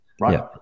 right